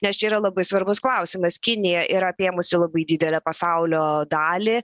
nes čia yra labai svarbus klausimas kinija yra apėmusi labai didelę pasaulio dalį